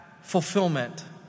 fulfillment